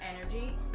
energy